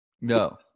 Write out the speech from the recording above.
No